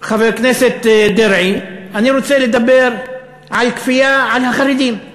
חבר כנסת דרעי, אני רוצה לדבר על כפייה על החרדים.